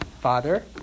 Father